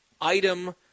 item